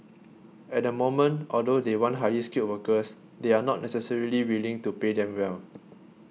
at the moment although they want highly skilled workers they are not necessarily willing to pay them well